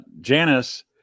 janice